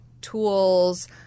tools